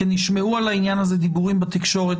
כי נשמעו על העניין הזה דיבורים בתקשורת